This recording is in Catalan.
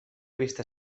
vista